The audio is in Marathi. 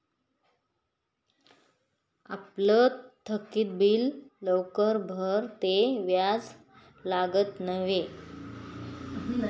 आपलं थकीत बिल लवकर भरं ते व्याज लागत न्हयी